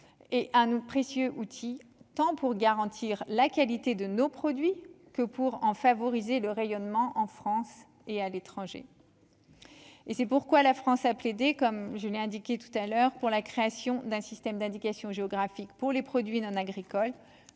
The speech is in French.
et Anou précieux outil tant pour garantir la qualité de nos produits que pour en favoriser le rayonnement en France et à l'étranger et c'est pourquoi la France a plaidé, comme je l'ai indiqué tout à l'heure pour la création d'un système d'indications géographiques pour les produits non-agricoles